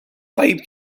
five